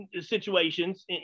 situations